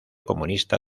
comunista